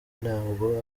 ntabwo